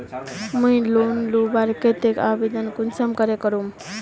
मुई लोन लुबार केते आवेदन कुंसम करे करूम?